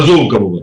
ב-זום כמובן.